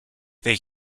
they